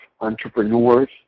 entrepreneurs